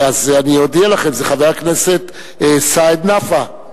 אז אני אודיע לכם: חבר הכנסת סעיד נפאע.